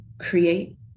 create